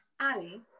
Ali